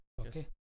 Okay